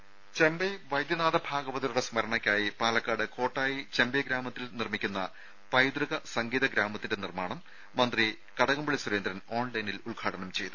രുമ ചെമ്പൈ വൈദ്യനാഥ ഭാഗവതരുടെ സ്മരണക്കായി പാലക്കാട് കോട്ടായി ചെമ്പൈ ഗ്രാമത്തിൽ നിർമ്മിക്കുന്ന പൈതൃക സംഗീത ഗ്രാമത്തിന്റെ നിർമ്മാണം മന്ത്രി കടകംപള്ളി സുരേന്ദ്രൻ ഓൺലൈനിൽ ഉദ്ഘാടനം ചെയ്തു